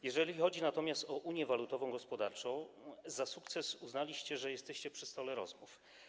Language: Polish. Jeżeli natomiast chodzi o unię walutowo-gospodarczą, za sukces uznaliście, że jesteście przy stole rozmów.